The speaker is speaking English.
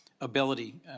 ability